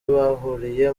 bahuriye